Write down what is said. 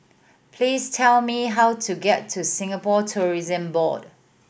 please tell me how to get to Singapore Tourism Board